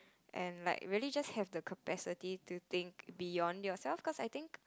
and like really just have the capacity to think beyond yourself cause I think